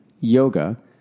yoga